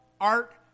art